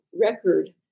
record